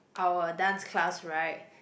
our dance class right